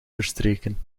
verstreken